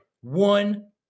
one